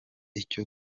icyo